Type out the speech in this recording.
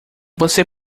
você